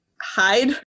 hide